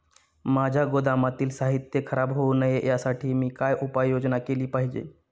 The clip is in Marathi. माझ्या गोदामातील साहित्य खराब होऊ नये यासाठी मी काय उपाय योजना केली पाहिजे?